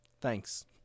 Thanks